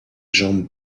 jambes